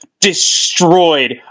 destroyed